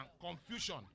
confusion